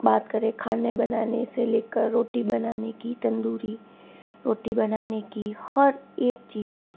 बात करें खाने बनाने से लेकर रोटी बनाने की तंदूरी रोटी बनाने की हर एक चीज